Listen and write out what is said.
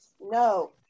No